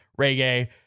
reggae